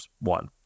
one